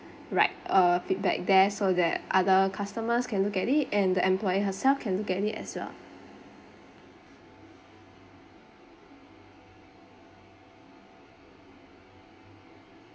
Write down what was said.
write a feedback there so that other customers can look at it and the employer herself can look at it as well